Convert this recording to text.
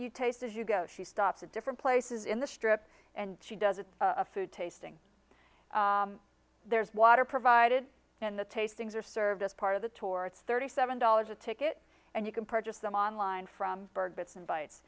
you taste as you go she stops at different places in the strip and she does it's a food tasting there's water provided in the tastings or service part of the tour it's thirty seven dollars a ticket and you can purchase them online from bird bits and bytes